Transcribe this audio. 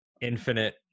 infinite